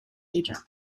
agent